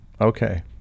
Okay